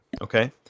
Okay